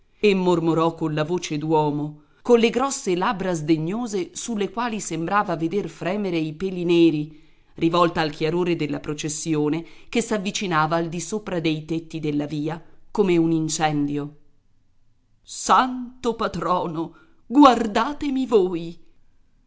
e mormorò colla voce d'uomo colle grosse labbra sdegnose sulle quali sembrava veder fremere i peli neri rivolta al chiarore della processione che s'avvicinava al di sopra dei tetti della via come un incendio santo patrono guardatemi voi